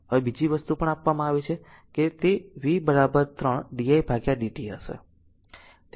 હવે બીજી વસ્તુ પણ આપવામાં આવી છે કે v 3 di dt